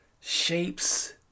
shapes